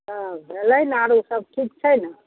हँ भेलै ने आरो सब ठीक छै ने